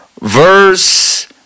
verse